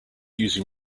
using